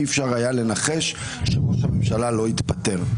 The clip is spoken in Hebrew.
"אי-אפשר היה לנחש שראש הממשלה לא יתפטר".